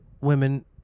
women